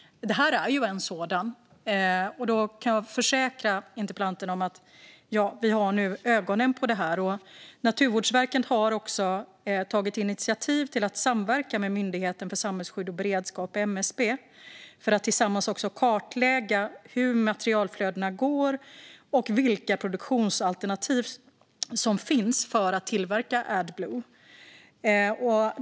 Det här är en sådan kedja, och jag kan försäkra interpellanten om att vi nu har ögonen på detta. Naturvårdsverket har också tagit initiativ till att samverka med Myndigheten för samhällsskydd och beredskap, MSB, för att tillsammans kartlägga hur materialflödena går och vilka produktionsalternativ som finns för att tillverka Adblue.